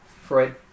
Freud